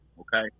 Okay